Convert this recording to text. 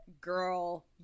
Girl